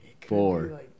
four